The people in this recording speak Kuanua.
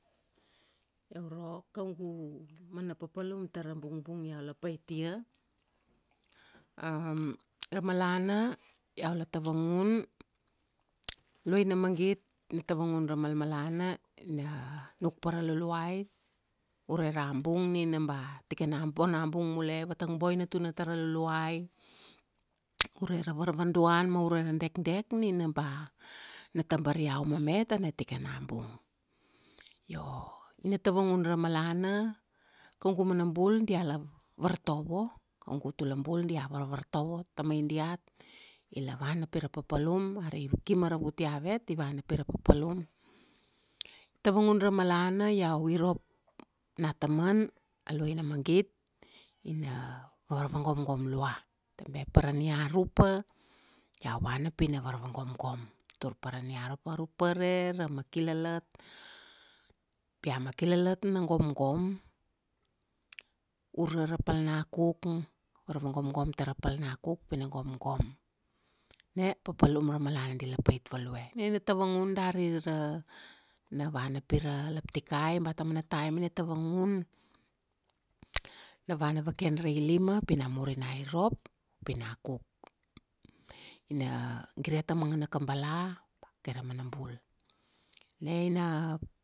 Iau ro, kaugu mana papalum tara bungbung iau la pait ia, ra malana, iau la tavangun, luaina magit, ina tavangun ra malmalana, ina, ina nuk pa ra luluai ure ra bung nina ba, tikana bona bung mule, vatang boina tuna tara Luluai, ure ra varvadoan ma ure ra dekdek nina ba, na tabar iau mame tana tikana bung. Io, ina tavangun ra malana, kaugu mana bul diala vartovo, kaugu utula bul dia varvartovo, tamai diat, ila vana pira papalum ari ki maravutia avet i vana pi ra papalum. Tavangun ra malana iau irop, nataman, a luaina magit, ina varvagomgom lua. Tabe pa ra niarupa, iau vana pina varvagomgom. Tur pa ra niarupa, arupare ra makilalat, pi a makilalat na gomgom, ura ra pal nakuk, varvagomgom tara palnakuk pi na gomgom. Na, papalum ra malana di la pait value. Na ina tavangun dari ra, na vana pira laptikai, ba taumana taim ina tavangun, na vana vaken ra ilima, pi namur ina irop, pi na kuk. Ina gire tamangana kabala, kaira mana bul. Na ina